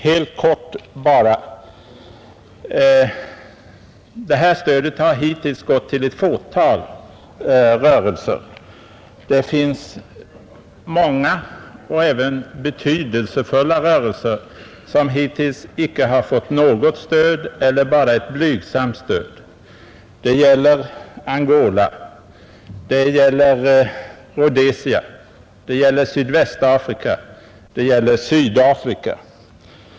Helt kort bara: Stödet har hittills gått till ett fåtal rörelser. Det är många och även betydelsefulla rörelser, som hittills icke har fått något stöd eller bara blygsamt sådant. Det gäller Angola, Rhodesia, Sydvästafrika och Sydafrika.